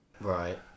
Right